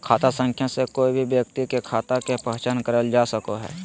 खाता संख्या से कोय भी व्यक्ति के खाता के पहचान करल जा सको हय